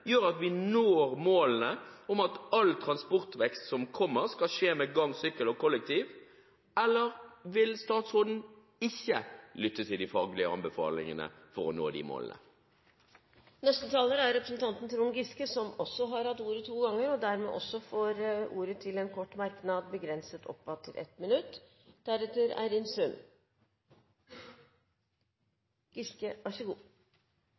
gjør at vi når målene om at all transportvekst som kommer, skal skje med gange, sykkel og kollektiv? Eller vil statsråden ikke lytte til de faglige anbefalingene for å nå de målene? Representanten Trond Giske har hatt ordet to ganger tidligere og får ordet til en kort merknad, begrenset til 1 minutt.